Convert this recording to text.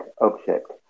object